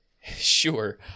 Sure